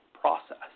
process